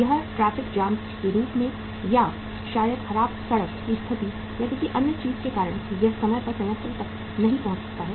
यह traffic jam के रूप में या शायद खराब सड़क की स्थिति या किसी अन्य चीज के कारण यह समय पर संयंत्र तक नहीं पहुंच सकता है